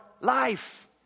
life